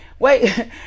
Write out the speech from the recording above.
wait